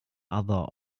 other